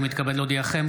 אני מתכבד להודיעכם,